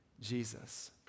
Jesus